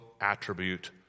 attribute